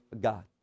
God